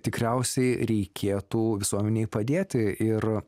tikriausiai reikėtų visuomenei padėti ir